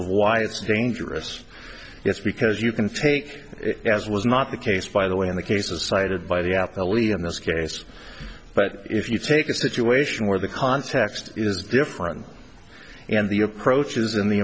of why it's dangerous yes because you can take it as was not the case by the way in the cases cited by the at the lead in this case but if you take a situation where the context is different and the approaches and the